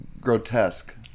grotesque